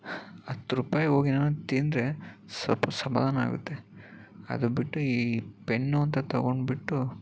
ಹತ್ತು ರೂಪಾಯಿಗೆ ಹೋಗಿ ಏನಾದ್ರ ತಿಂದರೆ ಸ್ವಲ್ಪ ಸಮಾಧಾನ ಆಗುತ್ತೆ ಅದು ಬಿಟ್ಟು ಈ ಪೆನ್ನು ಅಂತ ತಗೊಂಡ್ಬಿಟ್ಟು